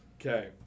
Okay